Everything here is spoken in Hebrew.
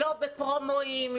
לא בפרומואים,